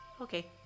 Okay